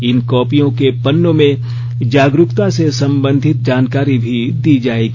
इन कॉपियों के पन्नों में जागरुकता से संबंधित जानकारी भी दी जाएगी